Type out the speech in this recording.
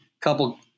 couple